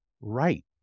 right